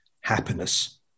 happiness